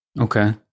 Okay